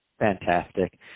fantastic